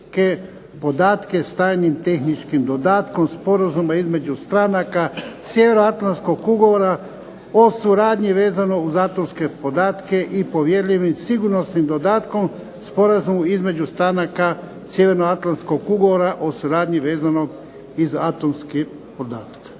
podatke s tajnim tehničkim dodatkom Sporazuma između stranaka Sjevernoatlantskog ugovora o suradnji vezano uz atomske podatke i povjerljivim sigurnosnim dodatkom Sporazumu između stranaka Sjevernoatlantskog ugovora o suradnji vezano iz atomske podatke,